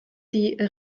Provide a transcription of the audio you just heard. die